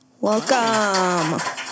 Welcome